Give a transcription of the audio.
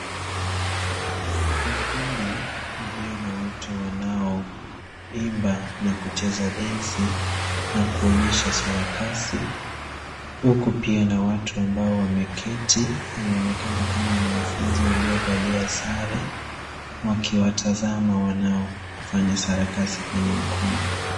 Ukumbi ulio na watu wanaoimba na kucheza densi na kuonyesha sarakasi , huku pia na watu ambao wameketi wanaonekana kama wanafunzi waliovalia sare, wakiwatazama wanaofanya sarakasi kwenye ukumbi.